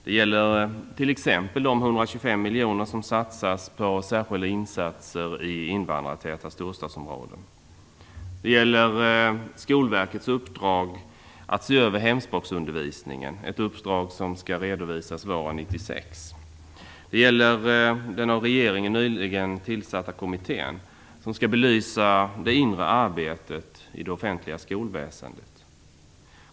Det gäller t.ex. de 125 miljoner som satsas på särskilda insatser i invandrartäta storstadsområden. Det gäller Skolverkets uppdrag att se över hemspråksundervisningen. Det är ett uppdrag som skall redovisas våren 1996. Det gäller den av regeringen nyligen tillsatta kommitté som skall belysa det inre arbetet i det offentliga skolväsendet.